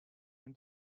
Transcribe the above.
jen